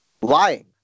Lying